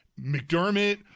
McDermott